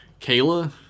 Kayla